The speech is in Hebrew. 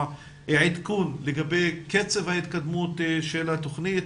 עדכון לגבי קצב ההתקדמות של התוכנית,